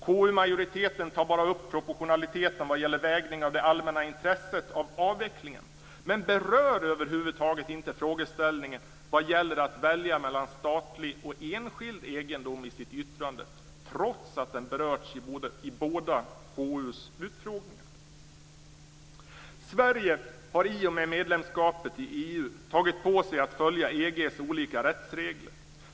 KU-majoriteten tar bara upp proportionaliteten vad gäller vägningen av det allmänna intresset beträffande avvecklingen och berör över huvud taget inte i sitt yttrande frågeställningen när det gäller att välja mellan statlig och enskild egendom, trots att den berörts vid KU:s båda utfrågningar. Sverige har i och med medlemskapet i EU tagit på sig att följa EG:s olika rättsregler.